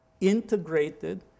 integrated